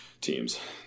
teams